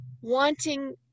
wanting